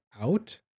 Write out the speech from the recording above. out